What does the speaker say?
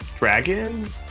Dragon